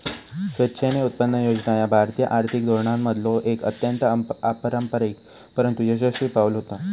स्वेच्छेने उत्पन्न योजना ह्या भारतीय आर्थिक धोरणांमधलो एक अत्यंत अपारंपरिक परंतु यशस्वी पाऊल होता